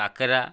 କାକରା